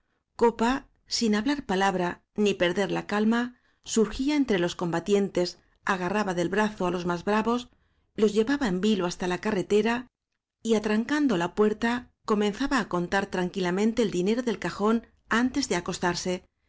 copa sin hablarpalabía ni perder la calma sur gía entre los combatientes agarraba del brazoá los más bravos los llevaba en vilo hasta la carretera y atrancando la puerta comenzaba á contar tranquilamente el dinero del cajón antes de acostarse